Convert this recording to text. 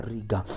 Riga